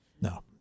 No